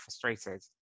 frustrated